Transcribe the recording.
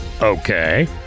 Okay